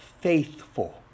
faithful